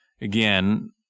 again